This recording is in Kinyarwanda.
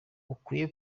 ukwiye